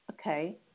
Okay